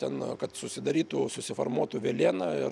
ten kad susidarytų susiformuotų velėna ir